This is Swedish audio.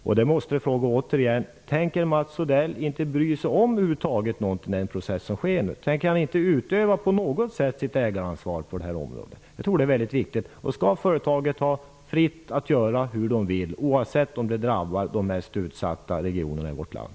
Jag måste återigen fråga: Tänker Mats Odell över huvud taget inte bry sig om den process som nu sker? Tänker han inte på något sätt utöva sitt ägaransvar på detta område? Jag tror att det är viktigt. Skall man på företaget vara fri att göra hur man vill även om det drabbar de mest utsatta regionerna i vårt land?